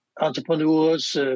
entrepreneurs